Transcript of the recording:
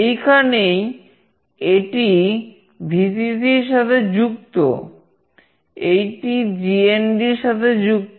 এইখানেই এটি Vcc র সাথে যুক্ত এইটি GND র সাথে যুক্ত